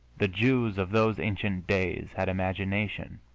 the jews of those ancient days had imagination,